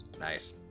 nice